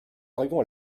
arrivons